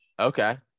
Okay